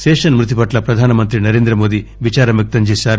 శేషన్ మృతిపట్ల ప్రధానమంత్రి నరేంద్రమోదీ విచారం వ్యక్తంచేశారు